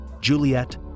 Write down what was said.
Juliet